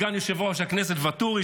סגן יושב-ראש הכנסת ואטורי,